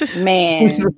Man